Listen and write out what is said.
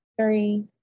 three